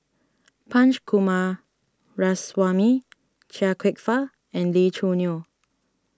Punch Coomaraswamy Chia Kwek Fah and Lee Choo Neo